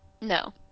No